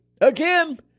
Again